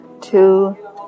two